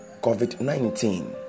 COVID-19